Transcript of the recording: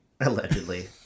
Allegedly